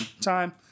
Time